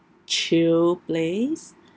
chilled place